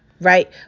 Right